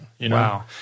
Wow